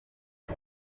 byo